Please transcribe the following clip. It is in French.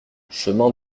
chemin